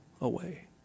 away